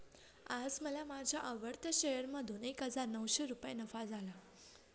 आज मला माझ्या आवडत्या शेअर मधून एक हजार नऊशे रुपये नफा झाला